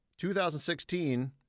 2016